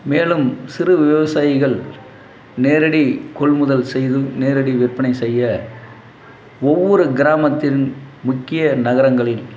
மேலும் சிறு விவசாயிகள் நேரடி கொள்முதல் செய்தும் நேரடி விற்பனை செய்ய ஒவ்வொரு கிராமத்தின் முக்கிய நகரங்களின்